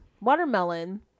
Watermelon